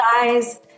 guys